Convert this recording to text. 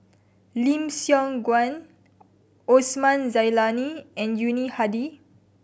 Lim Siong Guan Osman Zailani and Yuni Hadi